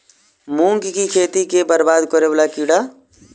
मूंग की खेती केँ बरबाद करे वला कीड़ा?